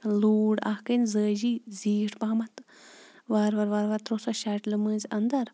لوٗر اَکھ أنۍ زٲوجی زیٖٹھ پَہمَتھ تہٕ وارٕ وارٕ وارٕ وارٕ ترٚوو سُہ اَسہِ شَٹلہِ مٔنٛزۍ اَندَر